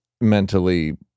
mentally